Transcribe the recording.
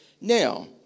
Now